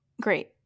Great